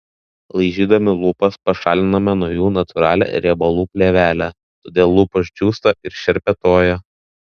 laižydami lūpas pašaliname nuo jų natūralią riebalų plėvelę todėl lūpos džiūsta ir šerpetoja